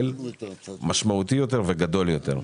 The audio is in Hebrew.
העלות,